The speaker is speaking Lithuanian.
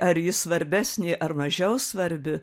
ar ji svarbesnė ar mažiau svarbi